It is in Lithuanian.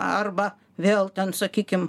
arba vėl ten sakykim